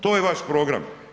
To je vaš program.